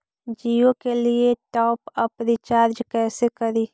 जियो के लिए top up recharge कैसे करी?